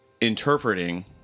interpreting